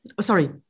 sorry